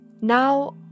Now